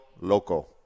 Loco